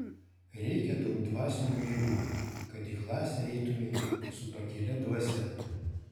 reikia daug dvasinių jėgų kad į klasę eitumei su pakilia dvasia